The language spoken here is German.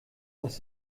das